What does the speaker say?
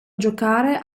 giocare